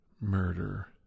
murder